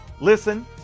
listen